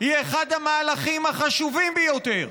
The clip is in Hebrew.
היא אחד המהלכים החשובים ביותר,